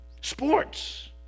sports